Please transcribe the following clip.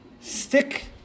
Stick